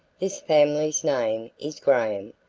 this family's name is graham,